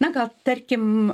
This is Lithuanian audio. na gal tarkim